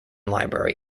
library